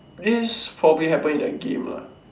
this probably happen in the game ah